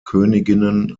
königinnen